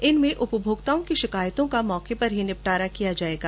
इनमें उपभोक्ताओं की शिकायतों का मौके पर ही निस्तारण किया जाएगा